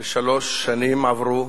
63 שנים עברו